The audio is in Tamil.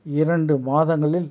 இரண்டு மாதங்களில்